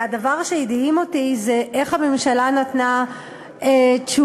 והדבר שהדהים אותי זה שהממשלה נתנה תשובה,